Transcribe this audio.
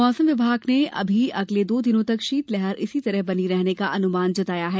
मौसम विभाग ने अभी अगले दो दिनों तक शीतलहर इसी तरह बनी रहने का अनुमान जताया है